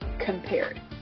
compared